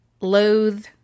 loathe